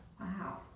Wow